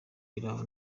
iraha